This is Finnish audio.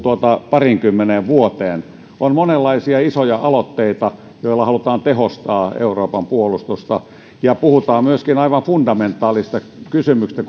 pariinkymmeneen vuoteen on monenlaisia isoja aloitteita joilla halutaan tehostaa euroopan puolustusta ja puhutaan myöskin aivan fundamentaalisista kysymyksistä